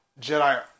Jedi